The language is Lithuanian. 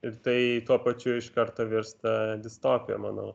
ir tai tuo pačiu iš karto virsta distopija manau